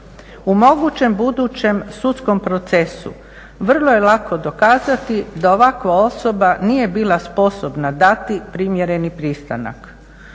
U mogućem budućem sudskom procesu vrlo je lako dokazati da ovakva osoba nije bila sposobna dati primjereni pristanak.